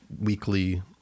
weekly